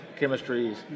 chemistries